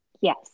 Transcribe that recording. Yes